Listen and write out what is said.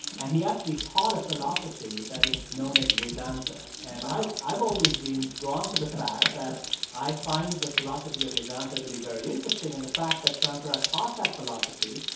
and he actually taught a philosophy that is known as vedanta and wow and i've always been drawn to the fact that i find the philosophy of vedanta to be very interesting, and the fact that shankara taught that philosophy,